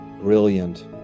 brilliant